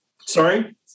Sorry